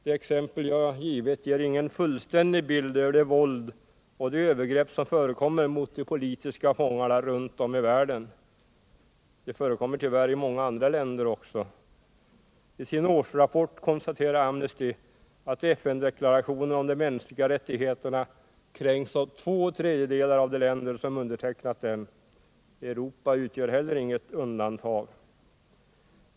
De exempel jag givit ger ingen fullständig bild av det våld och de övergrepp som förekommer mot de politiska fångarna runt om i världen. Det förekommer tyvärr 199 i många andra länder också. I sin årsrapport konstaterar Amnesty att FN-deklarationen om de mänskliga rättigheterna kränks av två tredjedelar av de länder som undertecknat den. Europa utgör heller inget undantag.